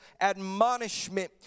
admonishment